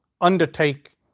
undertake